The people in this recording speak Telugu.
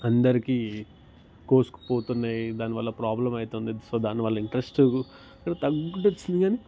అందరికి కోసుకుపోతున్నాయి దాని వల్ల ప్రాబ్లెమ్ అవుతుంది సో దాని వల్ల ఇంటరెస్ట్ తగ్గుతు వచ్చింది కానీ